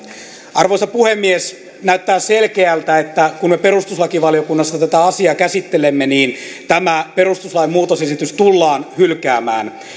arvoisa puhemies näyttää selkeältä että kun me perustuslakivaliokunnassa tätä asiaa käsittelemme niin tämä perustuslain muutosesitys tullaan hylkäämään